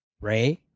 Ray